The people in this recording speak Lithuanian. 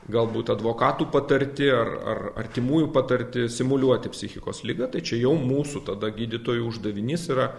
galbūt advokatų patarti ar ar artimųjų patarti simuliuoti psichikos ligą tai čia jau mūsų tada gydytojų uždavinys yra